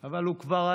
אבל הוא כבר עלה,